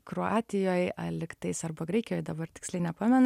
kroatijoj a lygtais arba graikijoj dabar tiksliai nepamenu